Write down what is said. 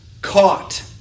caught